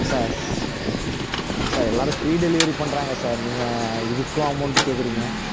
sir ஸ் sir எல்லோரும் free delivery பண்ணுறாங்க சார் நீங்கள் இதுக்கும் அமௌண்ட்டு கேக்கறீங்க